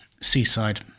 seaside